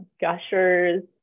gushers